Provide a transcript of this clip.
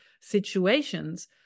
situations